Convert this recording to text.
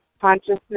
Consciousness